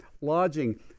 lodging